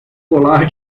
pular